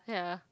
ya